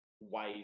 ways